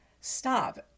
stop